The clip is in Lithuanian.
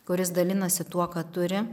kuris dalinasi tuo ką turi